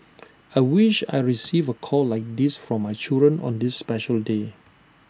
I wish I receive A call like this from my children on this special day